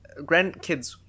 Grandkids